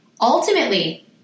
Ultimately